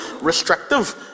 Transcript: restrictive